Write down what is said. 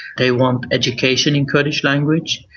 they want education in kurdish language,